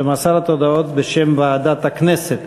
שמסר את ההודעות בשם ועדת הכנסת.